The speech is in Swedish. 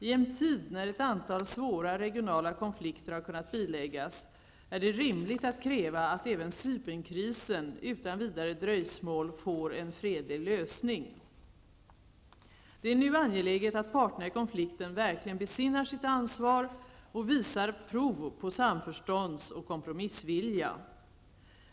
I en tid när ett antal svåra regionala konflikter har kunnat biläggas är det rimligt att kräva att även Cypernkrisen utan vidare dröjsmål får en fredlig lösning. Det är nu angeläget att parterna i konflikten verkligen besinnar sitt ansvar och visar prov på samförstånds och kompromissvilja.